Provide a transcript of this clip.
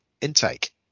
intake